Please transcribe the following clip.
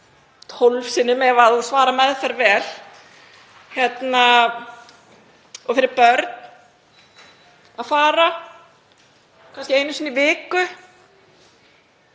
12 sinnum ef þú svarar meðferð vel. Fyrir börn að fara kannski einu sinni í viku